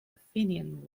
athenian